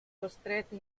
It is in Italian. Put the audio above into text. costretta